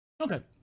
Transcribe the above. Okay